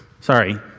Sorry